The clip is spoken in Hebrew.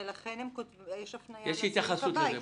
ולכן יש הפניה לסעיף הבא,